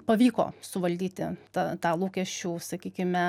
pavyko suvaldyti ta tą lūkesčių sakykime